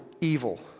evil